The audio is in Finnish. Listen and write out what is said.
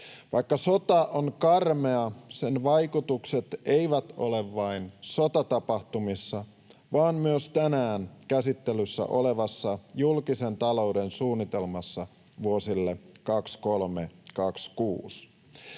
Vaikka sota on karmea, sen vaikutukset eivät ole vain sotatapahtumissa vaan myös tänään käsittelyssä olevassa julkisen talouden suunnitelmassa vuosille 23—26.